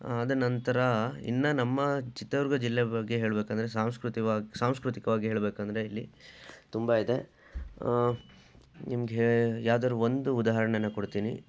ಆದ ನಂತರ ಇನ್ನೂ ನಮ್ಮ ಚಿತ್ರದುರ್ಗ ಜಿಲ್ಲೆ ಬಗ್ಗೆ ಹೇಳಬೇಕಂದ್ರೆ ಸಾಂಸ್ಕೃತಿವಾಗ್ ಸಾಂಸ್ಕೃತಿಕವಾಗಿ ಹೇಳಬೇಕಂದ್ರೆ ಇಲ್ಲಿ ತುಂಬ ಇದೆ ನಿಮಗೆ ಯಾವ್ದಾರು ಒಂದು ಉದಾಹರಣೆನ ಕೊಡ್ತೀನಿ